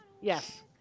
Yes